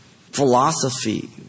Philosophy